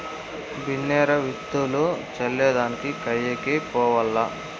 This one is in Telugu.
బిన్నే రా, విత్తులు చల్లే దానికి కయ్యకి పోవాల్ల